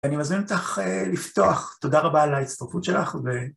אני מזמין אותך לפתוח, תודה רבה על ההצטרפות שלך ו...